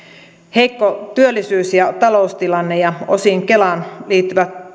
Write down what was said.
heikosta työllisyys ja taloustilanteesta ja osin kelaan